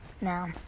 Now